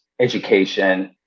education